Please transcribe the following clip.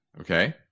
Okay